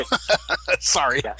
sorry